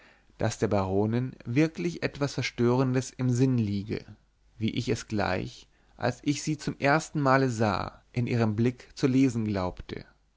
daß der baronin wirklich irgend etwas verstörendes im sinn liege wie ich es gleich als ich sie zum ersten male sah in ihrem blick zu lesen glaubte